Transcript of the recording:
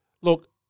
Look